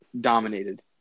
dominated